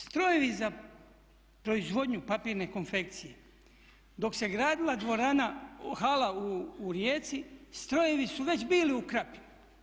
Strojevi za proizvodnju papirne konfekcije dok se gradila hala u Rijeci strojevi su već bili u Krapini.